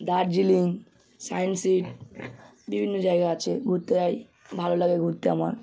Darjeeling science city বিভিন্ন জায়গা আছে ঘুরতে যাই ভালো লাগে ঘুরতে আমার